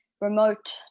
remote